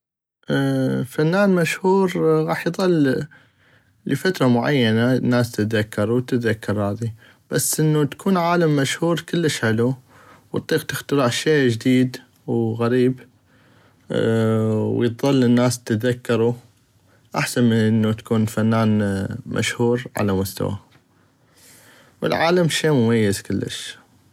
فنان مشهور غاح يظل لفترة معينة الناس تتذكرو تتذكر هذي بس انو تكون عالم مشهور كلش حلو واطيق تخترع شي جديد وغريب ويظل الناس تتذكرو احسن من انو تكون فنان مشهور على مستوى والعالم شي مميز كلش.